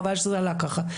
חבל שזה עלה ככה.